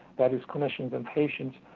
that is, clinicians and patients,